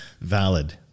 valid